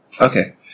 Okay